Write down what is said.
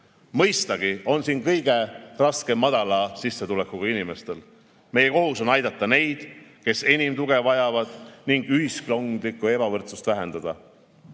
Mõistagi on siin kõige raskem madalama sissetulekuga inimestel. Meie kohus on aidata neid, kes enim tuge vajavad, ning ühiskondlikku ebavõrdsust vähendada. Auväärt